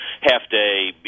half-day